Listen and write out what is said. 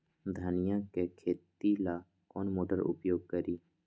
धनिया के खेती ला कौन मोटर उपयोग करी?